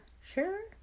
sure